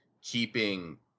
keeping